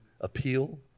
appeal